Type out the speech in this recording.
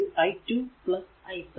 i1 i2 i3